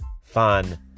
fun